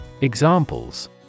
Examples